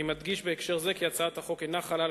אני מדגיש בהקשר זה כי הצעת החוק אינה חלה על